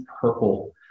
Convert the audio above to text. purple